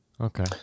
Okay